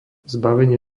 zbavenie